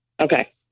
Okay